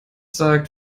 sagt